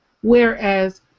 whereas